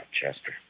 Chester